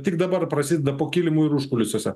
tik dabar prasideda po kilimu ir užkulisiuose